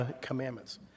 commandments